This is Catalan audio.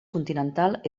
continental